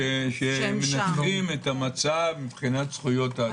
שמנתחים את המצב מבחינת זכויות העציר.